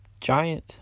giant